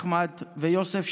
אחמד ויוסף,